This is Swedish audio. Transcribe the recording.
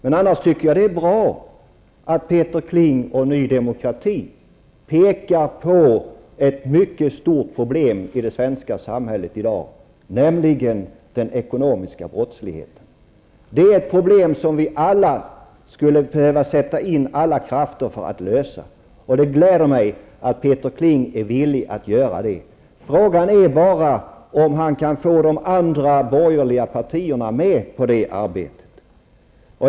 Jag tycker att det är bra att Peter Kling och Ny Demokrati pekar på ett stort problem i det svenska samhället i dag, nämligen den ekonomiska brottsligheten. Det är ett problem vi skulle behöva sätta in alla krafter för att lösa. Det gläder mig att Peter Kling är villig att göra det.